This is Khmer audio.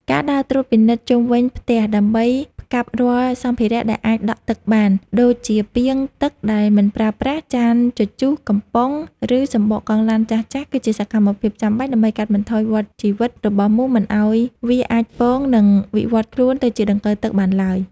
ការដើរត្រួតពិនិត្យជុំវិញផ្ទះដើម្បីផ្កាប់រាល់សម្ភារៈដែលអាចដក់ទឹកបាន ដូចជាពាងទឹកដែលមិនប្រើប្រាស់ ចានជជុះ កំប៉ុង ឬសំបកកង់ឡានចាស់ៗ គឺជាសកម្មភាពចាំបាច់ដើម្បីកាត់ផ្តាច់វដ្តជីវិតរបស់មូសមិនឱ្យវាអាចពង និងវិវត្តខ្លួនទៅជាដង្កូវទឹកបានឡើយ។